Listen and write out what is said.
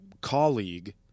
colleague